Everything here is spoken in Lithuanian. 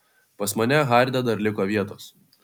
pas mane harde dar liko vietos